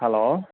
hello